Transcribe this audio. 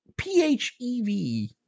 PHEV